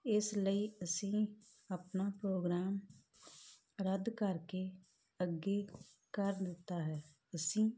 ਇਸ ਲਈ ਅਸੀਂ ਆਪਣਾ ਪ੍ਰੋਗਰਾਮ ਰੱਦ ਕਰਕੇ ਅੱਗੇ ਕਰ ਦਿੱਤਾ ਹੈ ਅਸੀਂ